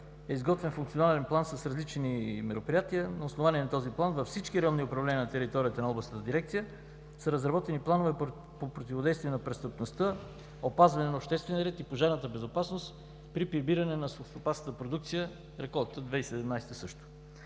е изготвен функционален план с различни мероприятия. На основание този план, във всички районни управления на територията на Областната дирекция, са разработени планове по противодействие на престъпността, опазването на обществения ред и пожарната безопасност при прибиране на селскостопанската продукция – реколта 2017 г., също.